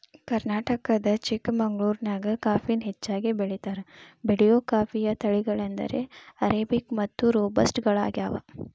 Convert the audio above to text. ಕರ್ನಾಟಕದ ಚಿಕ್ಕಮಗಳೂರಿನ್ಯಾಗ ಕಾಫಿನ ಹೆಚ್ಚಾಗಿ ಬೆಳೇತಾರ, ಬೆಳೆಯುವ ಕಾಫಿಯ ತಳಿಗಳೆಂದರೆ ಅರೇಬಿಕ್ ಮತ್ತು ರೋಬಸ್ಟ ಗಳಗ್ಯಾವ